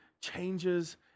changes